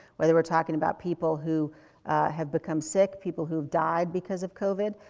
whether we're talking about people who have become sick, people who've died because of covid,